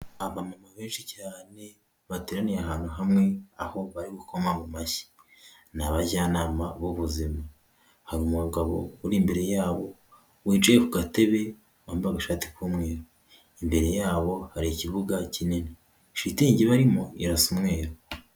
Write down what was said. Abamama benshi cyane bateraniye ahantu hamwe, aho bari gukoma mu mashyi, n'abajyanama b'ubuzima, haru umugabo uri imbere yabo wicayem ku gatebe wambaye agashati k'umweru, imbere yabo hari ikibuga kinini, shitingi barimo irasa umweru.